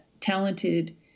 talented